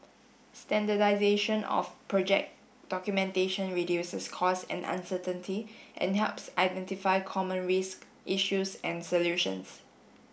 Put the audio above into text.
standardisation of project documentation reduces costs and uncertainty and helps identify common risk issues and solutions